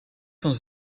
van